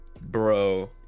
bro